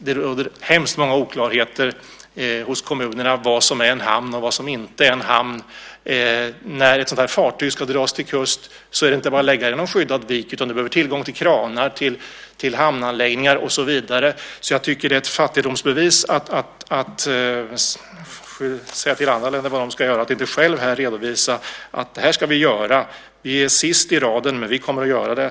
Det råder hemskt många oklarheter hos kommunerna om vad som är en hamn och vad som inte är en hamn. När ett sådant här fartyg ska dras till kust är det inte bara att lägga det i någon skyddad vik, utan det behöver tillgång till kranar, hamnanläggningar och så vidare. Jag tycker att det är ett fattigdomsbevis att säga till andra länder vad de ska göra och inte själv redovisa att vi ska göra detta. Vi är sist i raden, men vi kommer att göra det.